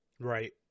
Right